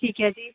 ਠੀਕ ਹੈ ਜੀ